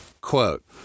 quote